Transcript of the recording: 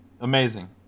Amazing